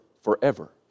forever